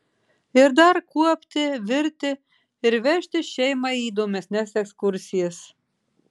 ir dar kuopti virti ir vežtis šeimą į įdomesnes ekskursijas